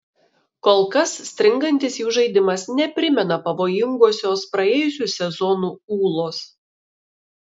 kol kas stringantis jų žaidimas neprimena pavojingosios praėjusių sezonų ūlos